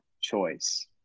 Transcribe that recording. choice